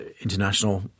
international